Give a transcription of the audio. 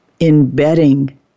embedding